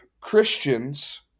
Christians